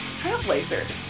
trailblazers